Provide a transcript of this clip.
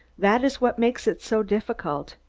that is what makes it so difficult.